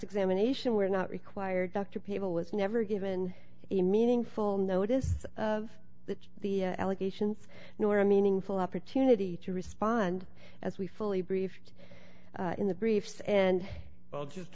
examination were not required dr people was never given a meaningful notice of the allegations nor a meaningful opportunity to respond as we fully briefed in the briefs and well just